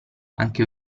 anche